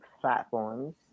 platforms